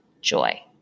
joy